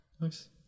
Nice